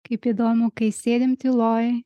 kaip įdomu kai sėdim tyloj